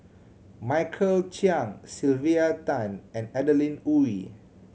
Michael Chiang Sylvia Tan and Adeline Ooi